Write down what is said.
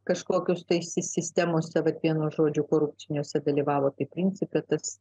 kažkokius tai sistemose vat vienu žodžiu korupciniuose dalyvavo tai principe tas